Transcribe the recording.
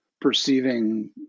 perceiving